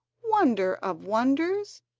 wonder of wonders!